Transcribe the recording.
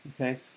Okay